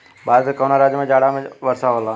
भारत के कवना राज्य में जाड़ा में वर्षा होला?